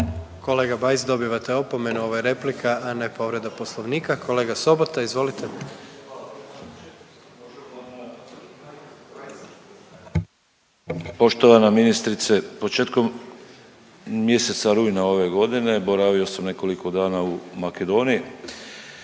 Kolega Bajs dobivate opomenu ovo je replika, a ne povreda poslovnika. Kolega Sobota izvolite. **Sobota, Darko (HDZ)** Poštovana ministrice. Početkom mjeseca rujna ove godine boravio sam nekoliko dana u Makedoniji,